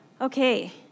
Okay